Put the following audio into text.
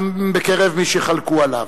גם בקרב מי שחלקו עליו.